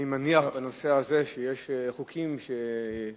אני מניח שבנושא הזה שיש חוקים ששוכבים